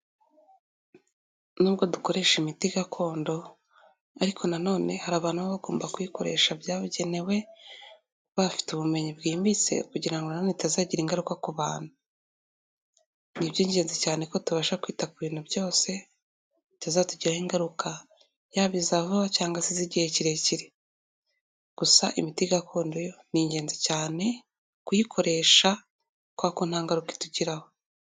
N'ubwo dukoresha imiti gakondo, ariko na none hari abantu baba bagomba kuyikoresha byagenewe, bafite ubumenyi bwimbitse, kugora ngo na none itazagira ingaruka ku bantu. Ni iby'ingenzi cyane ko tubasha kwita ku bintu byose, itazatugiraho ingaruka, yaba iza vuba cyangwa se iz'igihe kirekire, gusa imiti gakondo yo, ni ingenzi cyane kuyikoresha kubera ko nta ngaruka itugiraho.